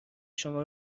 شما